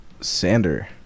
Sander